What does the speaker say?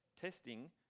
Testing